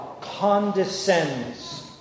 condescends